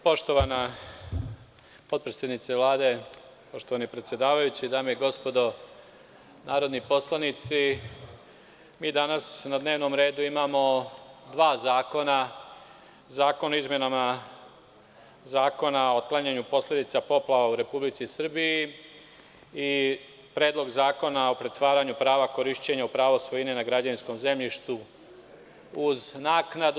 Poštovana potpredsednice Vlade, poštovani predsedavajući, dame i gospodo narodni poslanici, mi danas na dnevnom redu imamo dva zakona, Zakon o izmenama Zakona o otklanjanju posledica poplava u Republici Srbiji i Predlog zakona o pretvaranju prava korišćenja u pravo svojine na građevinskom zemljištu uz naknadu.